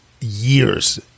years